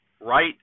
right